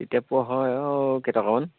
তেতিয়া পোৱা হয় আৰু কেইটকামান